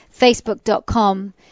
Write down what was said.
Facebook.com